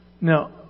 Now